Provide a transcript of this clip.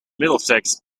middlesex